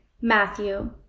Matthew